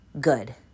good